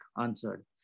answered